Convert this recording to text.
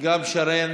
גם שרן,